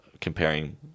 comparing